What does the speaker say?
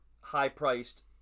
high-priced